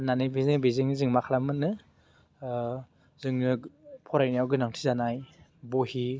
फाननानै बेजोंनो जों मा खालामोमोन नो जोङो फरायनायाव गोनांथि जानाय बहि